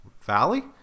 valley